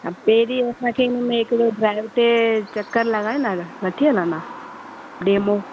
त पहिरीं असांखे हिनमें हिकु दफ़ो ट्राइल ते चकर लॻाईंदा वठी हलंदा डेमो